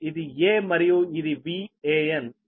ఇది A మరియు ఇది VAN